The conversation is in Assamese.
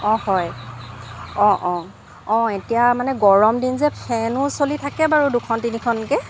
অঁ হয় অঁ অঁ অঁ এতিয়া মানে গৰমদিন যে ফেনো চলি থাকে বাৰু দুখন তিনিখনকৈ